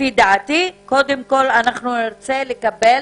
קודם כול, אנחנו נרצה לקבל